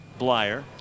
Blyer